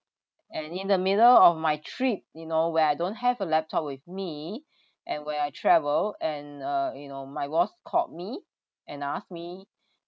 and in the middle of my trip you know where I don't have a laptop with me and where I travel and uh you know my boss called me and asked me